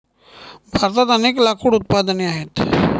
भारतात अनेक लाकूड उत्पादने आहेत